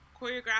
choreograph